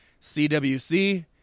CWC